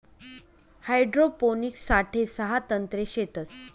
hydroponics साठे सहा तंत्रे शेतस